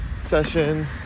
session